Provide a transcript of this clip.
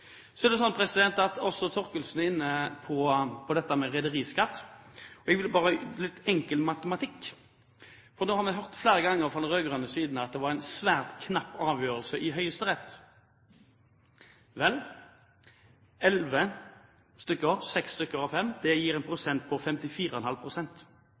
Også Thorkildsen er inne på dette med rederiskatt. Jeg vil bare bruke litt enkel matematikk, for nå har vi hørt flere ganger fra den rød-grønne siden at det var en svært knapp avgjørelse i Høyesterett. Vel, av elleve stykker gir seks av fem